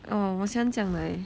orh 我喜欢这样的 leh